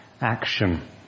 action